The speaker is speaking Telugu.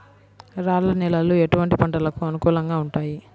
రాళ్ల నేలలు ఎటువంటి పంటలకు అనుకూలంగా ఉంటాయి?